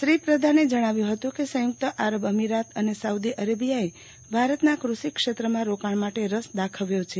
શ્રી પ્રધાને જણાવ્યુ કે સંયુક્ત આરબ અમીરાત અને સાઉદી અરેબીયાએ ભારતના કૃષિ ક્ષેત્રમાં રોકાણ માટે રસ દાખવ્યો છે